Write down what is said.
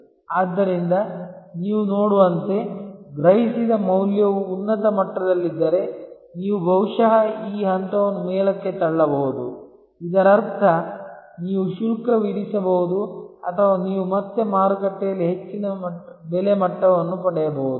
ಆದ್ದರಿಂದ ನೀವು ನೋಡುವಂತೆ ಗ್ರಹಿಸಿದ ಮೌಲ್ಯವು ಉನ್ನತ ಮಟ್ಟದಲ್ಲಿದ್ದರೆ ನೀವು ಬಹುಶಃ ಈ ಹಂತವನ್ನು ಮೇಲಕ್ಕೆ ತಳ್ಳಬಹುದು ಇದರರ್ಥ ನೀವು ಶುಲ್ಕ ವಿಧಿಸಬಹುದು ಅಥವಾ ನೀವು ಮತ್ತೆ ಮಾರುಕಟ್ಟೆಯಲ್ಲಿ ಹೆಚ್ಚಿನ ಬೆಲೆ ಮಟ್ಟವನ್ನು ಪಡೆಯಬಹುದು